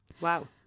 Wow